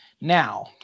Now